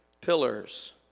pillars